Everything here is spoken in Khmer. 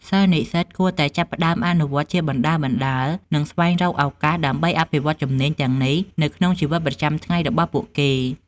សិស្សនិស្សិតគួរតែចាប់ផ្តើមអនុវត្តជាបណ្តើរៗ និងស្វែងរកឱកាសដើម្បីអភិវឌ្ឍជំនាញទាំងនេះនៅក្នុងជីវិតប្រចាំថ្ងៃរបស់ពួកគេ។